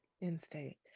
In-state